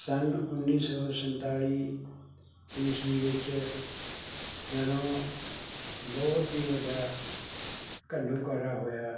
ਸੰਨ ਉੱਨੀ ਸੌ ਸੰਤਾਲੀ ਈਸਵੀ ਵਿੱਚ ਜਦੋਂ ਬਹੁਤ ਹੀ ਵੱਡਾ ਘੱਲੂਘਾਰਾ ਹੋਇਆ